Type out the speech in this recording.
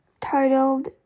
titled